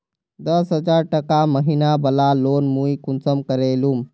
दस हजार टका महीना बला लोन मुई कुंसम करे लूम?